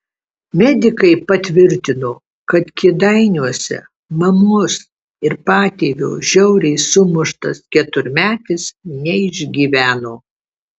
medikai patvirtino kad kėdainiuose mamos ir patėvio žiauriai sumuštas keturmetis neišgyveno